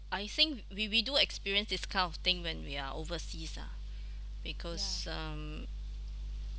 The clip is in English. I think we we do experience this kind of thing when we are overseas ah because um